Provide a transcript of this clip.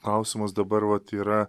klausimas dabar vat yra